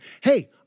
hey